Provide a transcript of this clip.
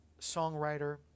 songwriter